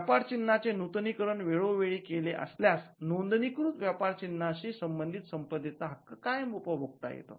व्यापार चिन्हाचे नूतनीकरण वेळोवेळी केले असल्यास नोंदणीकृत व्यापार चिन्हाशी संबंधित संपदेचा हक्क कायम उपभोगता येतो